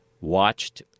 watched